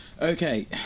Okay